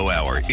Hour